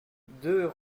deux